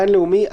גן לאומי,